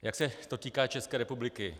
Jak se to týká České republiky?